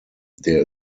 der